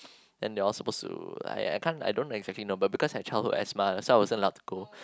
then they're all supposed to I I can't I don't exactly know but because I childhood asthma so I wasn't allowed to go